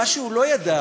מה שהוא לא ידע,